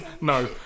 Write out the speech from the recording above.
No